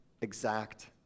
exact